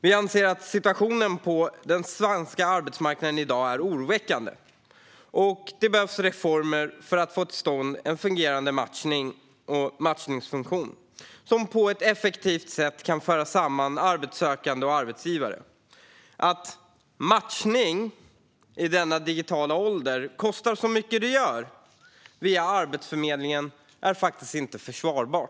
Vi anser att situationen på den svenska arbetsmarknaden i dag är oroväckande och att det behövs reformer för att få till stånd en fungerande matchningsfunktion som på ett effektivt sätt kan föra samman arbetssökande och arbetsgivare. Att "matchning" i denna digitala ålder kostar så mycket som det gör via Arbetsförmedlingen är inte försvarbart.